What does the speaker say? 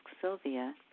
Sylvia